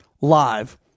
live